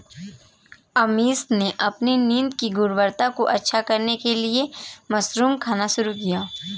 अमीषा ने अपनी नींद की गुणवत्ता को अच्छा करने के लिए मशरूम खाना शुरू किया